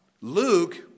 Luke